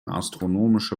astronomische